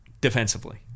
defensively